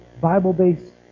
Bible-based